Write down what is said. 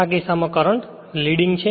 આ કિસ્સામાં current leading છે